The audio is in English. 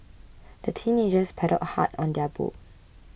the teenagers paddled hard on their boat